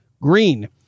Green